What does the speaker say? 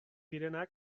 direnak